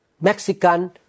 Mexican